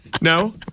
No